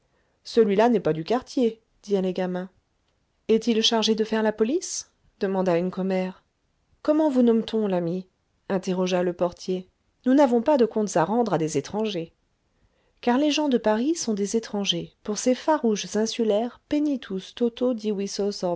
celui-là n'est pas du quartier dirent les gamins est-il chargé de faire la police demanda une commère comment vous nomme-t-on l'ami interrogea le portier nous n'avons pas de comptes à rendre à des étrangers car les gens de paris sont des étrangers pour ces farouches insulaires penitùs toto